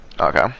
Okay